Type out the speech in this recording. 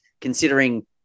considering